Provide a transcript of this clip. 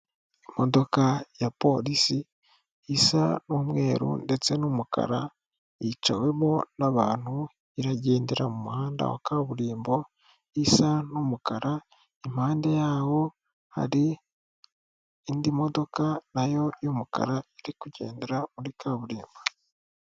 Imodoka ya polisi isa umweru ndetse n'umukara yicawemo n'abantu iragendera mu muhanda wa kaburimbo isa n'umukara, impande yawo hari indi modoka nayo y'umukara iri kugendera muri kaburimbo.